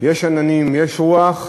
יש עננים, יש רוח,